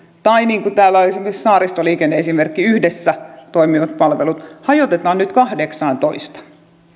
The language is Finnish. tai niin kuin täällä on esimerkiksi saaristoliikenne esimerkki yhdessä toimivat palvelut hajotetaan nyt kahdeksaantoista